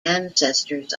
ancestors